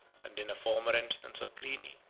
and in a former instance of pliny,